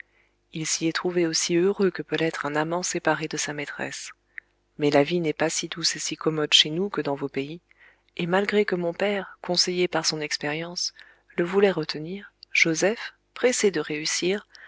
il s'y est trouvé aussi heureux que peut l'être un amant séparé de sa maîtresse mais la vie n'est pas si douce et si commode chez nous que dans vos pays et malgré que mon père conseillé par son expérience le voulait retenir joseph pressé de réussir